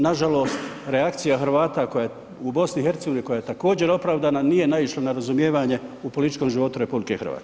Nažalost, reakcija Hrvata u BiH koja je također opravdana nije naišla na razumijevanje u političkom životu RH.